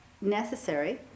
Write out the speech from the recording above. necessary